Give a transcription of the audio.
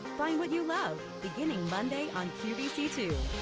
find what you love beginning monday on qvc two.